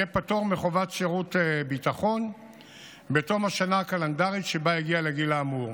יהיה פטור מחובת שירות ביטחון בתום השנה הקלנדרית שבה הגיע לגיל האמור.